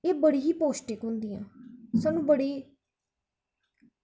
एह् बड़ी गै पौष्टिक होंदियां एह् सानूं बड़ी गै